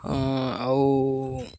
ଆଉ